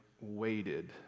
waited